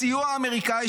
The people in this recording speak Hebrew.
בסיוע האמריקני,